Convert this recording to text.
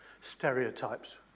stereotypes